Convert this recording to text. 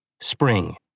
Spring